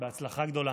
בהצלחה גדולה.